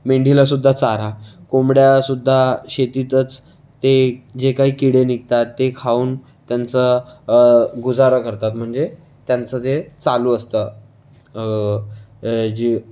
मेंढीलासुद्धा चारा कोंबड्यासुद्धा शेतीचाच ते जे काही किडे निघतात ते खाऊन त्यांचा गुजारा करतात म्हणजे त्यांचं जे चालू असतं जे